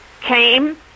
came